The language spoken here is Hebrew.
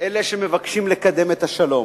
אלה שמבקשים לקדם את השלום,